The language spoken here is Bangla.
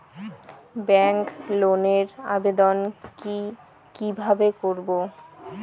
ব্যাংক লোনের আবেদন কি কিভাবে করব?